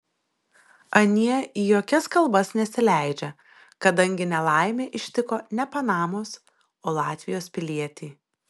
anie į jokias kalbas nesileidžia kadangi nelaimė ištiko ne panamos o latvijos pilietį